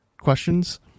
questions